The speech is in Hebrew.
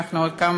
אפילו לא עצי